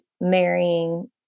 marrying